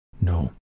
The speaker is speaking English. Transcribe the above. no